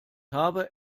habe